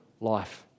life